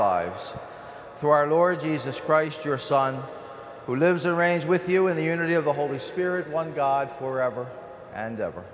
lives through our lord jesus christ your son who lives arranged with you in the unity of the holy spirit one god for ever and ever